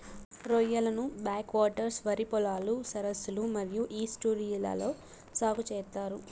రొయ్యలను backwaters, వరి పొలాలు, సరస్సులు మరియు ఈస్ట్యూరీలలో సాగు చేత్తారు